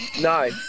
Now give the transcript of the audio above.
No